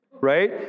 Right